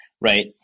right